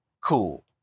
cool